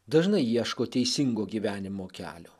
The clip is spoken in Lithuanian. dažnai ieško teisingo gyvenimo kelio